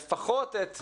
שלפחות את הגנים,